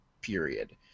period